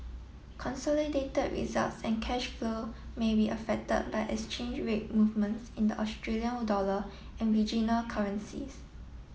consolidated results and cash flow may be affected by exchange rate movements in the Australian dollar and regional currencies